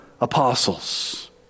apostles